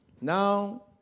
Now